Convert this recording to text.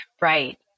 right